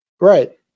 Right